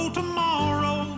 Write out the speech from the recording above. tomorrow